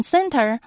Center